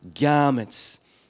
garments